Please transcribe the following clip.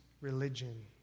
religion